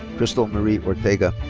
krystal marie ortega.